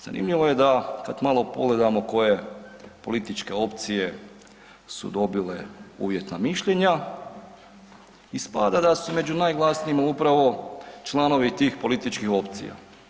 Zanimljivo je da kad malo pogledamo ko je političke opcije su dobile uvjetna mišljenja, ispada da su među najglasnijima upravo članovi tih političkih opcija.